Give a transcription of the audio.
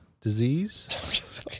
disease